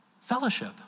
fellowship